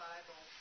Bible